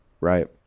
right